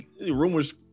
rumors